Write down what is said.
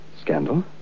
Scandal